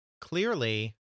clearly